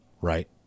Right